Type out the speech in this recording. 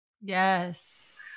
Yes